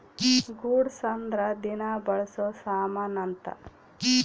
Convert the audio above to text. goods ಅಂದ್ರ ದಿನ ಬಳ್ಸೊ ಸಾಮನ್ ಅಂತ